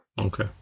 Okay